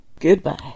Goodbye